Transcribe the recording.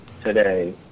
today